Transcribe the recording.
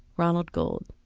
ronald gold.